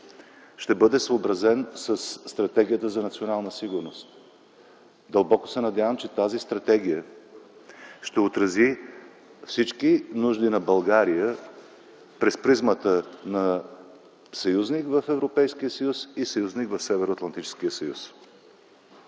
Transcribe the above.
ще бъде съобразен със Стратегията за националната сигурност. Дълбоко се надявам, че тази стратегия ще отрази всички нужди на България през призмата на съюзник в Европейския съюз и съюзник в Северноатлантическия съюз.